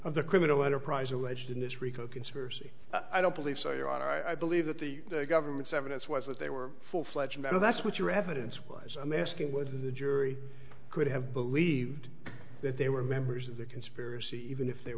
of the criminal enterprise alleged in this rico conspiracy i don't believe so your honor i believe that the government's evidence was that they were full fledge and that's what your evidence was i'm asking what the jury could have believed that they were members of the conspiracy even if they